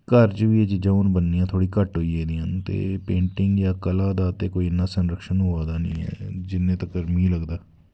घर च बी एह् चीज़ां बननियां हून थोह्ड़ी घट्ट होई गेदियां ते पेंटिंग चते कला दा कोई इन्ना संरक्षण होआ दा ते निं ऐ ते कोई मिगी लगदा